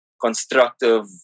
constructive